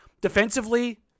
Defensively